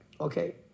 Okay